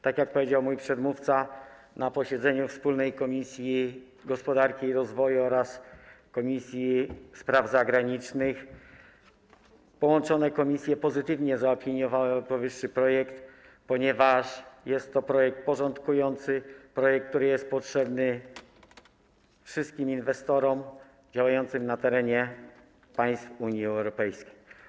Tak jak powiedział mój przedmówca, na wspólnym posiedzeniu Komisji Gospodarki i Rozwoju oraz Komisji Spraw Zagranicznych połączone komisje pozytywnie zaopiniowały powyższy projekt, ponieważ jest to projekt porządkujący, projekt, który jest potrzebny wszystkim inwestorom działającym na terenie państw Unii Europejskiej.